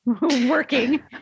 working